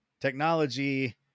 Technology